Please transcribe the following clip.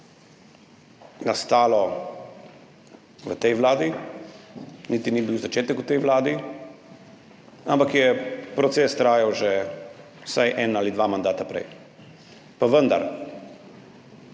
nastalo v tej vladi, niti ni bil začetek v tej vladi, ampak je proces trajal že vsaj en ali dva mandata prej. Pa vendar,